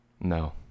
No